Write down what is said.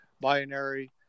binary